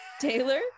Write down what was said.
Taylor